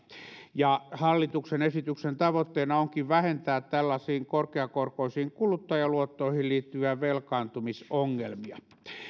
hallituksen esityksen tavoitteena onkin vähentää tällaisiin korkeakorkoisiin kuluttajaluottoihin liittyviä velkaantumisongelmia